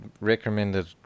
recommended